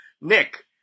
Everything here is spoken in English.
Nick